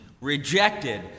rejected